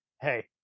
hey